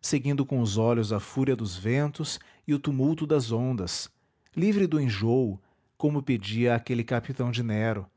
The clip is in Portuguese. seguindo com os olhos a fúria dos ventos e o tumulto das ondas livre do enjôo como pedia aquele capitão de nero